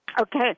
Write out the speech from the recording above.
Okay